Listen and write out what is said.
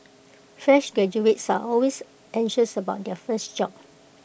fresh graduates are always anxious about their first job